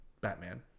Batman